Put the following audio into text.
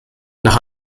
nach